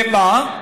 למה?